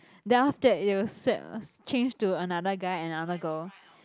then after that it will swap change to another guy another girl